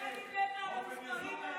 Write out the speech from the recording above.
השר שלך היה במשרד האוצר.